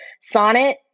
Sonnet